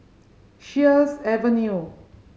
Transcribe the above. Sheares Avenue